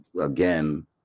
again